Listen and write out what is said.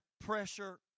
pressure